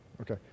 okay